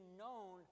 known